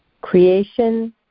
Creation